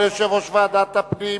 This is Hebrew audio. תודה רבה ליושב-ראש ועדת הפנים.